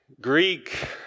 Greek